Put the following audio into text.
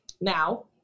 now